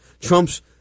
Trump's